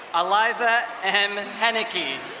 eliza m. and henacky.